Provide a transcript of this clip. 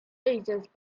razors